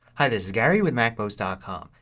hi this is gary with macmost ah com.